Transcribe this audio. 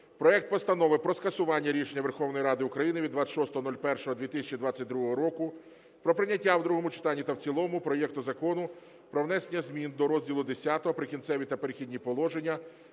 проекту Постанови про скасування рішення Верховної Ради України від 26.01.2022 року про прийняття у другому читанні та в цілому проекту Закону про внесення змін до розділу Х "Прикінцеві та перехідні положення"